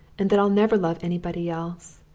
and that i'll never love anybody else,